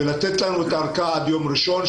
לתת לנו ארכה עד יום ראשון,